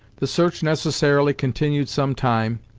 the search necessarily continued some time,